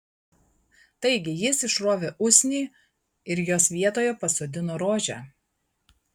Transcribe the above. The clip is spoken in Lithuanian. taigi jis išrovė usnį ir jos vietoje pasodino rožę